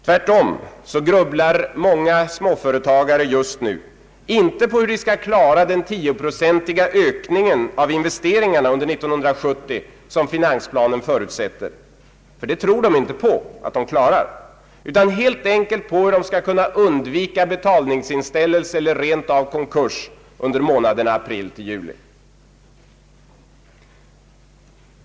Tvärtom grubblar många småföretagare just nu — inte på hur de skall klara den 10-procentiga ökning av investeringarna under 1970 som finansplanen förutsätter, de tror inte på att de klarar den, utan helt enkelt på hur de skall kunna undvika betalningsinställelse eller rentav konkurs under månaderna april—juli.